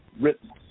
written